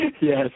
Yes